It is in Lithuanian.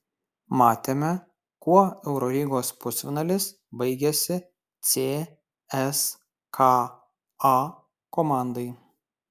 matėme kuo eurolygos pusfinalis baigėsi cska komandai